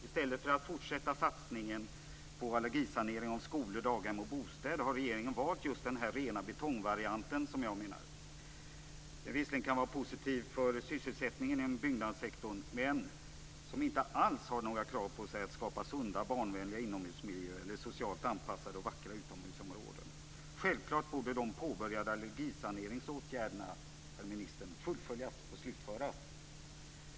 I stället för att fortsätta satsningen på allergisanering av skolor, daghem och bostäder har regeringen valt den här, som jag menar, rena betongvarianten. Den kan visserligen vara positiv för sysselsättningen inom byggnadssektorn, men den har inga krav alls på sig att skapa sunda, barnvänliga inomhusmiljöer eller socialt anpassade, vackra utomhusområden. Självklart borde de påbörjade allergisaneringsåtgärderna, herr minister, fullföljas och slutföras.